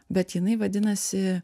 bet jinai vadinasi